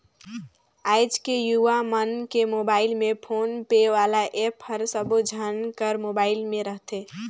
आएज के युवा मन के मुबाइल में फोन पे वाला ऐप हर सबो झन कर मुबाइल में रथे